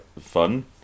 fun